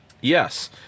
Yes